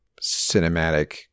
cinematic